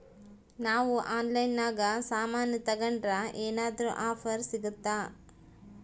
ನಾವು ಆನ್ಲೈನಿನಾಗ ಸಾಮಾನು ತಗಂಡ್ರ ಏನಾದ್ರೂ ಆಫರ್ ಸಿಗುತ್ತಾ?